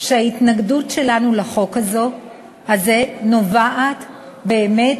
שההתנגדות שלנו לחוק הזה נובעת באמת